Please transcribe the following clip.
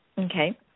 Okay